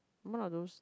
one of those